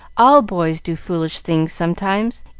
all boys do foolish things sometimes,